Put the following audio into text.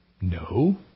No